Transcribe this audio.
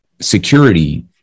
security